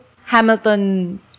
Hamilton